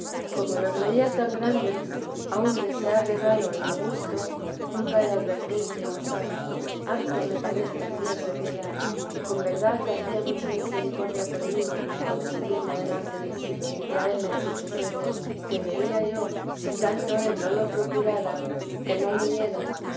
como los veía tan grandes aun desear regalos ni gusto nunca de advertencia osaba harto me parece hacía su piedad y con verdad hacía mucha misericordia conmigo en consentirme delante de sí y traerme a su presencia que veía yo si tanto él no lo procurara i vida de la sama madke no viniera